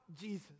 Jesus